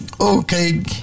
Okay